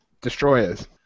destroyers